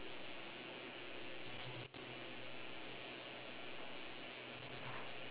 siapa cakap siapa cakap